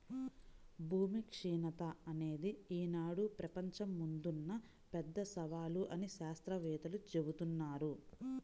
భూమి క్షీణత అనేది ఈనాడు ప్రపంచం ముందున్న పెద్ద సవాలు అని శాత్రవేత్తలు జెబుతున్నారు